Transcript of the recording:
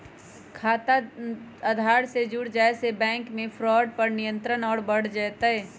खाता आधार से जुड़ जाये से बैंक मे फ्रॉड पर नियंत्रण और बढ़ जय तय